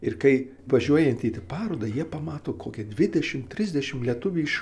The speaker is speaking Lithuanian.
ir kai važiuojant į parodą jie pamato kokį dvidešim trisdešim lietuvių iš